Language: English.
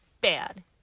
bad